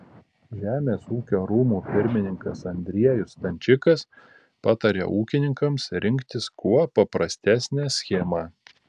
žemės ūkio rūmų pirmininkas andriejus stančikas patarė ūkininkams rinktis kuo paprastesnę schemą